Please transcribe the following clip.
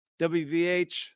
WVH